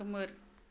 खोमोर